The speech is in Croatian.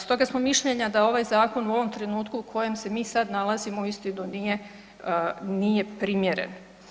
Stoga smo mišljenja da ovaj zakon u ovom trenutku u kojem se mi sad nalazimo uistinu nije primjeren.